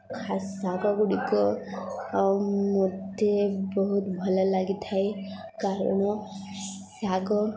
ଖାସ୍ ଶାଗ ଗୁଡ଼ିକ ମୋତେ ବହୁତ ଭଲ ଲାଗିଥାଏ କାରଣ ଶାଗ